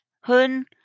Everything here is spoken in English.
hun